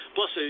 Plus